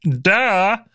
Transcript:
Duh